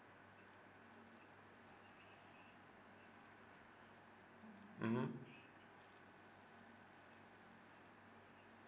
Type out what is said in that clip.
mmhmm